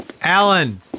Alan